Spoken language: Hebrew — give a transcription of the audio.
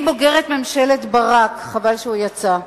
אני בוגרת ממשלת ברק חבל שהוא יצא,